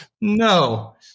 No